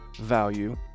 value